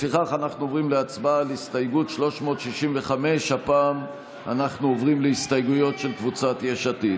לפיכך אנחנו עוברים להצבעה על הסתייגות 365. הפעם אנחנו עוברים להסתייגויות של קבוצת יש עתיד.